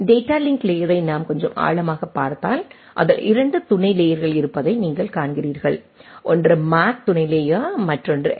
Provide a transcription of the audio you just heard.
data link லேயரை நாம் கொஞ்சம் ஆழமாகப் பார்த்தால் அதில் 2 துணை லேயர்கள் இருப்பதை நீங்கள் காண்கிறீர்கள் ஒன்று மேக் துணை லேயர் மற்றொன்று எல்